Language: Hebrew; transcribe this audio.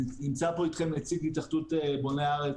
נמצא פה איתכם נציג התאחדות בוני הארץ,